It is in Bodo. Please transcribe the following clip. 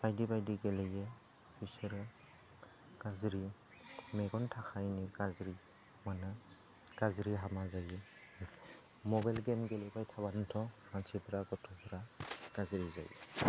बायदि बायदि गेलेयो बिसोरो गाज्रि मेगननि थाखायनो गाज्रि मोनो गाज्रि हामा जायो मबाइल गेम गेलेबाय थाबानोथ' मानसिफोरा गथ'फोरा गाज्रि जायो